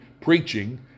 preaching